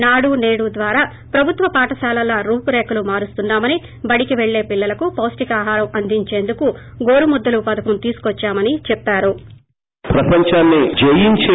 నాడు నేడు ద్వారా ప్రభుత్వ పాఠశాలల్లో రూపురేఖలు మారుస్తున్నా మని బడికి పెల్లే పిల్లలకు పొష్టికాహారం అందించేందుకు గోరుముద్దల పథకం తీసుకోచ్చామని చెప్పారు